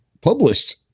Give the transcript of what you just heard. published